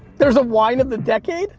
there's a wine of the decade